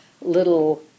little